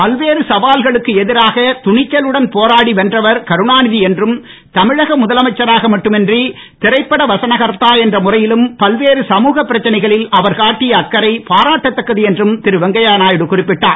பல்வேறு சவால்களுக்கு எதிராக துணிச்சலுடன் போராடி வென்றவர் கருணாநிதி என்றும் தமிழக முதலமைச்சருமாக மட்டுமின்றி திரைப்பட வசனகர்தா என்ற முறையிலும் பல்வேறு சமூகப் பிரச்சனைகளில் அவர் காட்டிய அக்கறை பாராட்டத்தக்கது என்றும் திரு வெங்கைய நாயுடு குறிப்பிட்டார்